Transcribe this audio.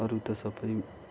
अरू त सबै